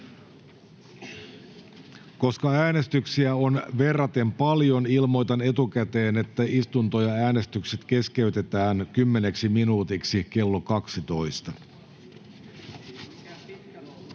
Koska äänestyksiä on verraten paljon, ilmoitan etukäteen, että istunto ja äänestykset keskeytetään kymmeneksi minuutiksi kello 12.